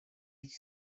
each